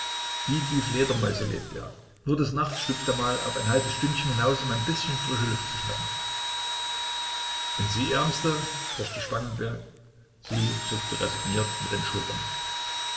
wie die fledermäuse lebt er nur des nachts schlüpft er mal auf ein halbes stündchen hinaus um ein bißchen frische luft zu schnappen und sie ärmste forschte spangenberg sie zuckte resigniert mit den schultern